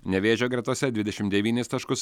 nevėžio gretose dvidešim devynis taškus